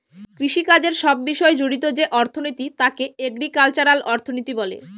কৃষিকাজের সব বিষয় জড়িত যে অর্থনীতি তাকে এগ্রিকালচারাল অর্থনীতি বলে